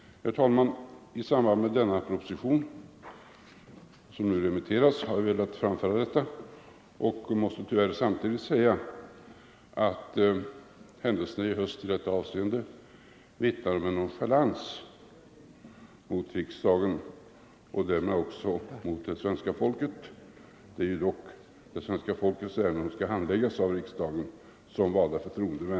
Herr talman! I samband med remitteringen av föreliggande proposition har jag velat framföra detta och måste tyvärr samtidigt säga att händelserna i höst i detta avseende vittnar om nonchalans mot riksdagen och därmed också mot det svenska folket. Det är ju dock det svenska folkets ärenden som skall handläggas av oss i riksdagen som valda förtroendemän.